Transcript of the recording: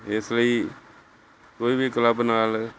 ਇਸ ਲਈ ਕੋਈ ਵੀ ਕਲੱਬ ਨਾਲ